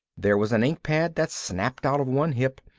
there was an ink pad that snapped out of one hip,